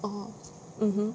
orh mmhmm